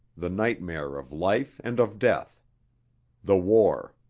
the nightmare of life and of death the war.